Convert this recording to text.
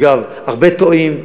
אגב, הרבה טועים.